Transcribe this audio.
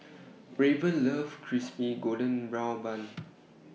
Raven loves Crispy Golden Brown Bun